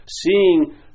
seeing